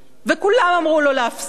וכולם אמרו לו להפסיק.